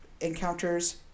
encounters